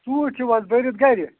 ژوٗںٛٹھۍ چھِو حظ بٔرِتھ گَرِ